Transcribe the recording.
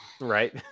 Right